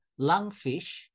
lungfish